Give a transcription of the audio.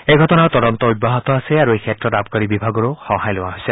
এই ঘটনাৰ তদন্ত অব্যাহত আছে আৰু এই ক্ষেত্ৰত আৱকাৰী বিভাগৰো সহায় লোৱা হৈছে